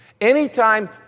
Anytime